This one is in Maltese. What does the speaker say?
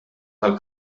tal